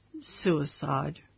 suicide